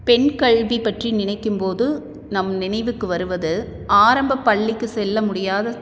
பெண்கல்வி பற்றி நினைக்கும் போது நம் நினைவுக்கு வருவது ஆரம்பப் பள்ளிக்கு செல்ல முடியாத